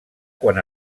quan